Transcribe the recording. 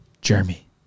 Jeremy